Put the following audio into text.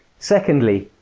secondly,